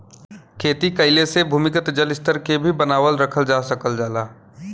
खेती कइले से भूमिगत जल स्तर के भी बनावल रखल जा सकल जाला